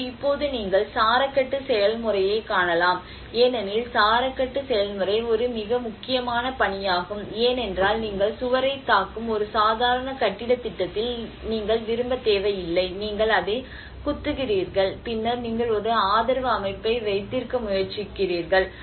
எனவே இப்போது நீங்கள் சாரக்கட்டு செயல்முறையைக் காணலாம் ஏனெனில் சாரக்கட்டு செயல்முறை ஒரு மிக முக்கியமான பணியாகும் ஏனென்றால் நீங்கள் சுவரைத் தாக்கும் ஒரு சாதாரண கட்டிடத் திட்டத்தில் நீங்கள் விரும்பத் தேவையில்லை நீங்கள் அதைக் குத்துகிறீர்கள் பின்னர் நீங்கள் ஒரு ஆதரவு அமைப்பை வைத்திருக்க முயற்சிக்கிறீர்கள்